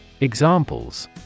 Examples